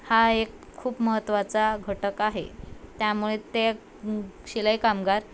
हा एक खूप महत्त्वाचा घटक आहे त्यामुळे ते शिलाई कामगार